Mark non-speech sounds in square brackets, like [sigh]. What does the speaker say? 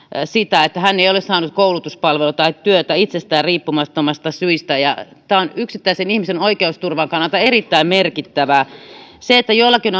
sitä että hän ei ole saanut koulutuspalvelua tai työtä itsestään riippumattomista syistä tämä on yksittäisen ihmisen oikeusturvan kannalta erittäin merkittävää nyt joillakin on [unintelligible]